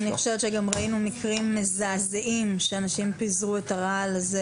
אני חושבת שגם ראינו מקרים מזעזעים שאנשים פיזרו את הרעל הזה